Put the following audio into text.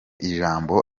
ijambo